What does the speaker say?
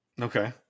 Okay